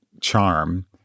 charm